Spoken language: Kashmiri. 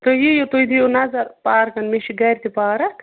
تُہۍ یِیِو تُہۍ دِیِو نظر پارکَن مےٚ چھِ گَرِ تہِ پارَک